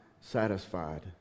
satisfied